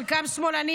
חלקם שמאלנים,